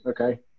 Okay